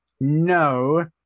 No